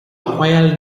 royal